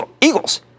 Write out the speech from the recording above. Eagles